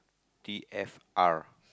T F R